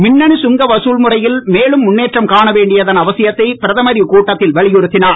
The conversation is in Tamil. மின்னணு சுங்க வதல் முறையில் மேலும் முன்னேற்றம் காணவேண்டியதன் அவசியத்தை பிரதமர் இக்கூட்டத்தில் வலியுறுத்திஞர்